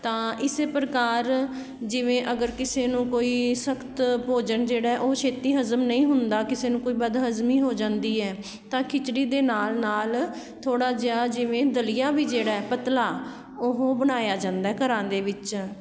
ਤਾਂ ਇਸ ਪ੍ਰਕਾਰ ਜਿਵੇਂ ਅਗਰ ਕਿਸੇ ਨੂੰ ਕੋਈ ਸਖਤ ਭੋਜਨ ਜਿਹੜਾ ਉਹ ਛੇਤੀ ਹਜ਼ਮ ਨਹੀਂ ਹੁੰਦਾ ਕਿਸੇ ਨੂੰ ਕੋਈ ਬਦਹਜ਼ਮੀ ਹੋ ਜਾਂਦੀ ਹੈ ਤਾਂ ਖਿਚੜੀ ਦੇ ਨਾਲ ਨਾਲ ਥੋੜ੍ਹਾ ਜਿਹਾ ਜਿਵੇਂ ਦਲੀਆ ਵੀ ਜਿਹੜਾ ਪਤਲਾ ਉਹ ਬਣਾਇਆ ਜਾਂਦਾ ਘਰਾਂ ਦੇ ਵਿੱਚ